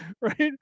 Right